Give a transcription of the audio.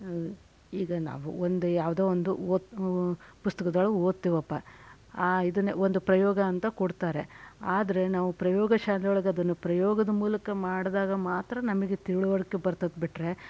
ಈಗ ನಾವು ಒಂದು ಯಾವುದೋ ಒಂದು ಓತ್ ಪುಸ್ತಕಗಳು ಓದ್ತೀವಪ್ಪ ಆ ಇದನ್ನೆ ಒಂದು ಪ್ರಯೋಗ ಅಂತ ಕೊಡ್ತಾರೆ ಆದರೆ ನಾವು ಪ್ರಯೋಗ ಶಾಲೆ ಒಳಗೆ ಅದನ್ನು ಪ್ರಯೋಗದ ಮೂಲಕ ಮಾಡಿದಾಗ ಮಾತ್ರ ನಮಗೆ ತಿಳುವಳಿಕೆ ಬರ್ತದೆ ಬಿಟ್ಟರೇ